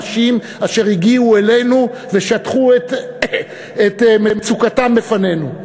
אותם אנשים אשר הגיעו אלינו ושטחו את מצוקתם בפנינו.